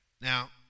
Now